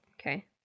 Okay